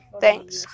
Thanks